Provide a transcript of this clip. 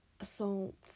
assault